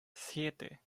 siete